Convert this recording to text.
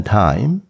time